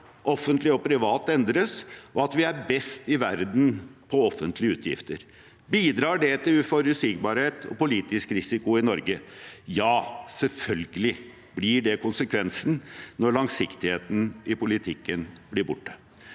offentlig og privat endres, og at vi er best i verden på offentlige utgifter? Bidrar det til uforutsigbarhet og politisk risiko i Norge? Ja, selvfølgelig blir det konsekvensen når langsiktigheten i politikken blir borte.